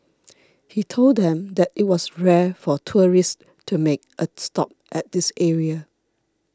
he told them that it was rare for tourists to make a stop at this area